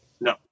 No